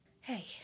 hey